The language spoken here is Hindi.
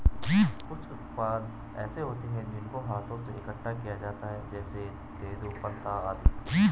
कुछ उत्पाद ऐसे होते हैं जिनको हाथों से इकट्ठा किया जाता है जैसे तेंदूपत्ता आदि